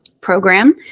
program